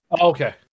Okay